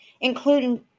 including